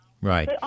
right